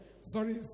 Sorry